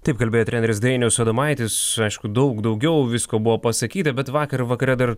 taip kalbėjo treneris dainius adomaitis aišku daug daugiau visko buvo pasakyta bet vakar vakare dar